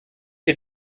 die